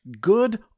good